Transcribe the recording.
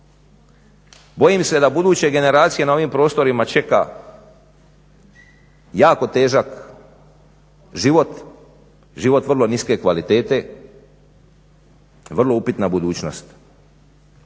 bojim se da buduće generacije na ovim prostorima čeka jako težak život, život vrlo niske kvalitete, vrlo upitna budućnost.